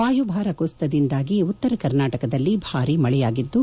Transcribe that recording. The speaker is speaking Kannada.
ವಾಯುಭಾರ ಕುಸಿತದಿಂದಾಗಿ ಉತ್ತರ ಕರ್ನಾಟಕದಲ್ಲಿ ಭಾರಿ ಮಳೆಯಾಗಿದ್ದು